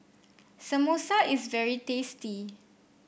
samosa is very tasty